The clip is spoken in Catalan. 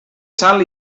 sal